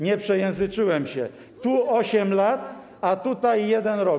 Nie przejęzyczyłem się, tu 8 lat, a tutaj 1 rok.